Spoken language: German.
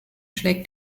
schlägt